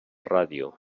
ràdio